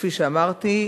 כפי שאמרתי,